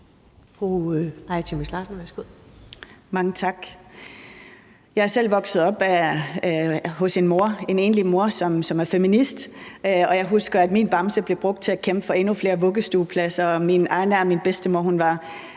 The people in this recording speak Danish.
Mange tak. Jeg er selv vokset op hos en enlig mor, som er feminist, og jeg husker, at min bamse blev brugt til at kæmpe for endnu flere vuggestuepladser, og min aanaa, min bedstemor, sad